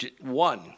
one